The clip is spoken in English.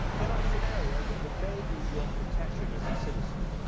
in our scenario, the buffet is your protection as a citizen,